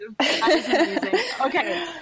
Okay